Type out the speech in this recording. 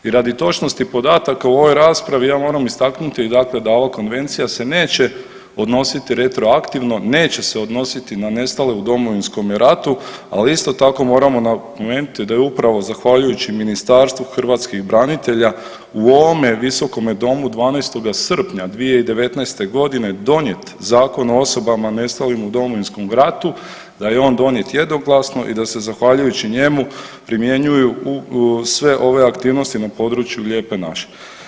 I radi točnosti podataka u ovoj raspravi ja moram istaknuti dakle da ova Konvencija se neće odnositi retroaktivno, neće se odnositi na nestale u Domovinskom ratu, ali isto tako moramo napomenuti da je upravo zahvaljujući Ministarstvu hrvatskih branitelja u ovome visokome domu 12. srpnja 2019. godine donijet Zakon o osobama nestalim u Domovinskom ratu, da je on donijet jednoglasno i da se zahvaljujući njemu primjenjuju sve ove aktivnosti na području lijepe naše.